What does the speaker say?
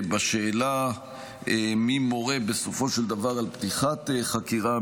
על השאלה מי מורה בסופו של דבר על פתיחת חקירה,